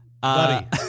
Buddy